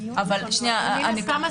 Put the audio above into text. אתם לא